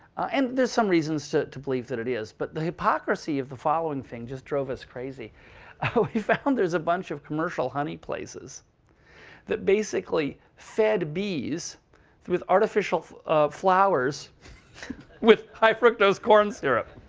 and there's some reasons to to believe that it is. but the hypocrisy of the following thing just drove us crazy. we found there's a bunch of commercial honey places that basically fed bees with artificial flowers with high fructose corn syrup.